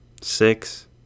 Six